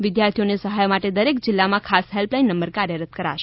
વિદ્યાર્થીઓ ને સહાય માટે દરેક જિલ્લામાં ખાસ હેલ્પ લાઇન નંબર કાર્યરત કરાશે